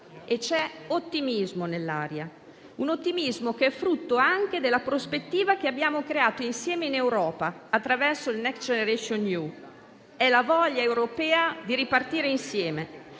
C'è ottimismo nell'aria, frutto anche della prospettiva che abbiamo creato insieme in Europa, attraverso il Next generation EU. È la voglia europea di ripartire insieme: